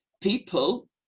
people